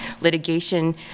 litigation